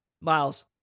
Miles